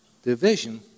Division